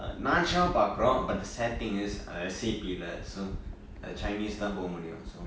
nan chiau பாக்கிரோம்:paakrom but the sad thing is அது:athu S_A_P so chinese தான் போகமுடியும்:thaan pogamudiyum